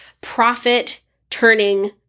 profit-turning